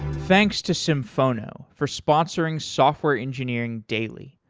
thanks to symphono for sponsoring software engineering daily.